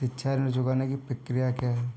शिक्षा ऋण चुकाने की प्रक्रिया क्या है?